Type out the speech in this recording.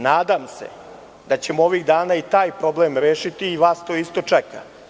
Nadam se da ćemo ovih dana i taj problem rešiti i vas to isto čeka.